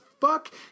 fuck